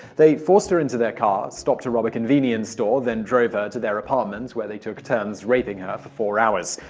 they forced her into their car, stopped to rob a convenience store, then drove her to their apartment where they took turns raping her for about four hours.